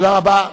תודה רבה.